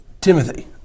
Timothy